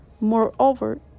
Moreover